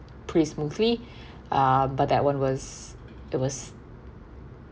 pretty smoothly um but that [one] was it was